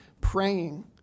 praying